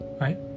right